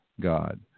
God